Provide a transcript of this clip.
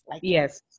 Yes